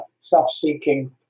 self-seeking